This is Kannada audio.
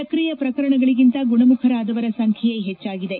ಸ್ಕ್ರಿಯ ಪ್ರಕರಣಗಳಗಿಂತ ಗುಣಮುಖರಾದವರ ಸಂಖ್ಲೆಯೇ ಹೆಚ್ಚಾಗಿದೆ